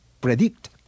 predict